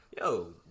yo